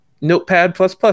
notepad++